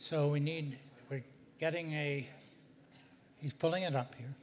so we need we're getting a he's pulling it up